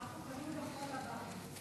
אנחנו קונים כחול-לבן.